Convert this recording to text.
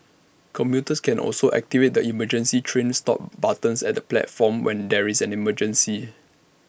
commuters can also activate the emergency train stop buttons at the platforms when there is an emergency